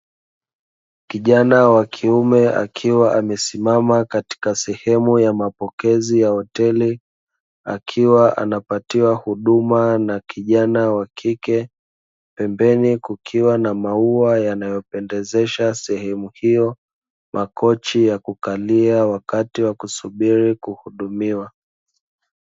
Kijana wakiume akiwa amesimama katika sehemu ya mapokezi ya hoteli akiwa akiwa anapatiwa huduma na kijana wa kike, pembeni kukiwa na maua yanayopendezesha sehemu hio makochi ya kukaliwa wakati wa kusubiri kuhudumiwa.